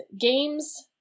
games